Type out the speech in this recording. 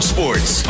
Sports